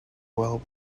well